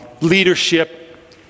leadership